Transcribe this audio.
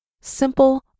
Simple